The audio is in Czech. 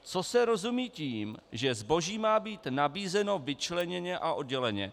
Co se rozumí tím, že zboží má být nabízeno vyčleněně a odděleně?